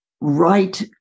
right